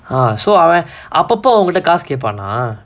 so அவன் அப்பப்ப உன்கிட்ட காசு கேப்பானா:avan appappa unkitta kaasu kaeppaanaa